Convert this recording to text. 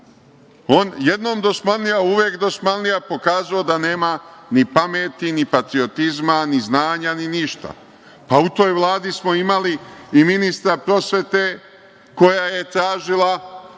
Jednom dosmanlija, uvek dosmanlija, pokazao da nema ni pameti, ni patriotizma, ni znanja, ni ništa.U toj Vladi smo imali i ministra prosvete koja je tražila